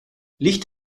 licht